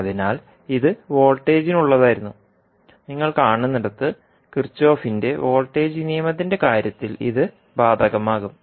അതിനാൽ ഇത് വോൾട്ടേജിനുള്ളതായിരുന്നു നിങ്ങൾ കാണുന്നിടത്ത് കിർചോഫിന്റെ വോൾട്ടേജ് നിയമത്തിന്റെ Kirchhoff's voltage law കാര്യത്തിൽ ഇത് ബാധകമാകും